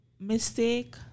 mistake